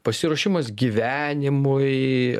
pasiruošimas gyvenimui